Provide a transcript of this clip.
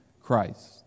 Christ